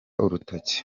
urutoki